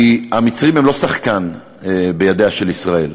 כי המצרים הם לא שחקן בידיה של ישראל.